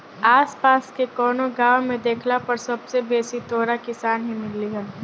आस पास के कवनो गाँव में देखला पर सबसे बेसी तोहरा किसान ही मिलिहन